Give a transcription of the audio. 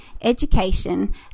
education